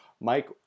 Mike